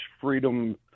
freedom